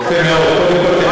יפה מאוד.